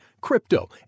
crypto